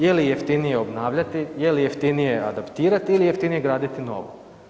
Je li jeftinije obnavljati, je li jeftinije adaptirati ili je jeftinije graditi novo?